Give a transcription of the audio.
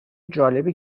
جالبی